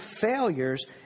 failures